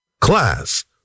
Class